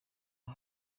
uko